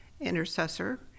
intercessor